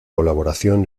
colaboración